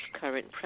current